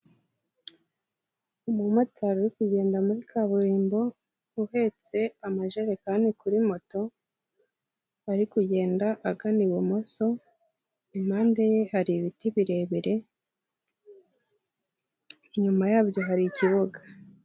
Umumotari uri kugenda muri kaburimbo uhetse amajerekani kuri moto, ari kugenda agana ibumoso, impande ye hari ibiti birebire, inyuma yabyo hari ikibuga.